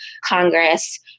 Congress